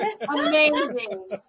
Amazing